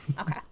Okay